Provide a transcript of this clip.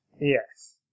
Yes